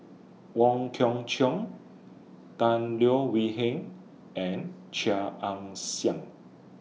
Wong Kwei Cheong Tan Leo Wee Hin and Chia Ann Siang